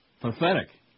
Pathetic